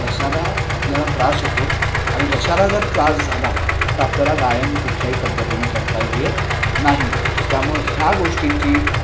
घशाला आपल्याला त्रास होतो आणि घशाला जर त्रास झाला तर आपल्याला गायन कुठल्याही पद्धतीनं करता येत नाही त्यामुळं ह्या गोष्टींची